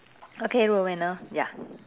okay Roanna ya